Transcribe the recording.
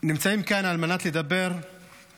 אנחנו נמצאים כאן כדי לדבר עכשיו